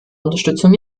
unterstützung